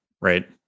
right